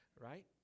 Right